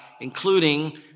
including